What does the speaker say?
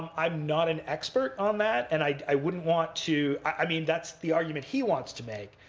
i'm not an expert on that, and i wouldn't want to i mean, that's the argument he wants to make.